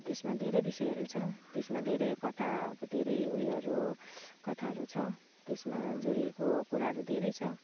त्यसमा धेरै विषयहरू छ त्यसमा धेरै कथा अब धेरै उयोहरू कथाहरू छ त्यसमा जोडिएको कुराहरू धेरै छ